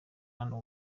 hano